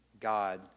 God